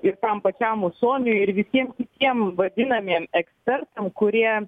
ir tam pačiam usoniui ir visiem kitiem vadinamiem ekspertam kurie